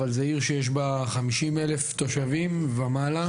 אבל זו עיר שיש בה 50,000 תושבים ומעלה.